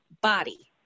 body